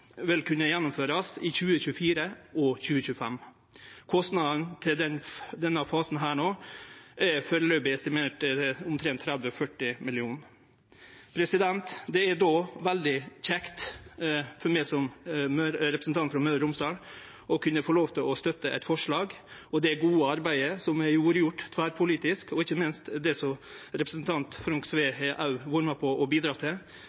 kunne gjennomførast i 2024 og 2025. Kostnadene til denne fasen er førebels estimert til omtrent 30–40 mill. kr. Det er då veldig kjekt for meg som representant frå Møre og Romsdal å kunne få lov til å støtte eit slikt forslag og det gode arbeidet som har vore gjort tverrpolitisk, og ikkje minst det som representanten Frank Edvard Sve har vore med på å bidra til,